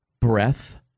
breath